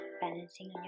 balancing